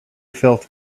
felt